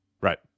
right